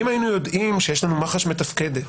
אם היינו יודעים שיש לנו מח"ש מתפקדת,